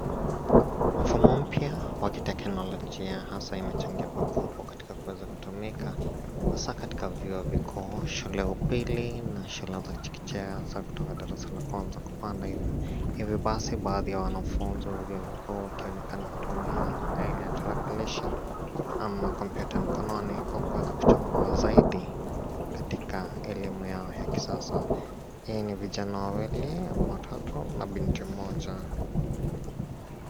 Mfumo mpya wa kiteknolojia asa umechangia pakubwa katika kuweza kutumika haswa katika vyuo vikuu, shule upili na shule ya chekechea za kutoka darasa la kwanza kupanda hivyo, hivi basi baadhi ya wanafunzi wa vyuo vikuu wakionekana kutumia aina tarakilishi ama kompyuta mkononi kwa kuweza kuchambua zaidi katika elimu yao ya kisasa. Hawa ni vijana wawili watatu na binti mmoja.